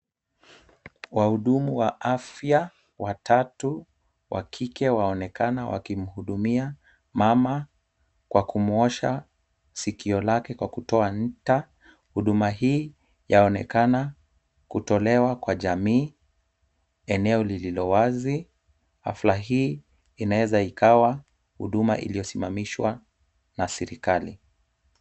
Wahudumu wa afya watatu wa kike waonekana wakimhudumia mama kwa kumwosha sikio lake kwa kutoa nta. Huduma hii yaonekana kutolewa kwa jamii eneo lililo wazi. Hafla hii inaweza ikawa huduma iliyosimamishwa na serikali.